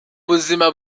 buzima